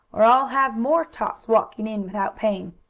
or i'll have more tots walking in without paying.